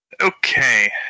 Okay